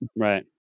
Right